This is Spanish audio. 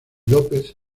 lópez